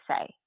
say